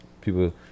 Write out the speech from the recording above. people